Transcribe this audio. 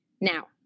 Now